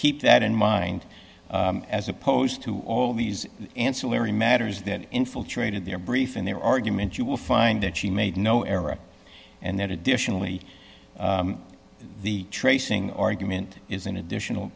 keep that in mind as opposed to all these ancillary matters that infiltrated their brief in their argument you will find that she made no error and that additionally the tracing argument is an additional